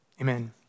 Amen